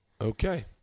Okay